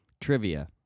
Trivia